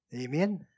Amen